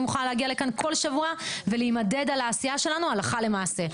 אני מוכנה להגיע לכאן כל שבוע ולהימדד על העשייה שלנו הלכה למעשה.